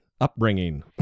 upbringing